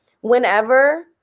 whenever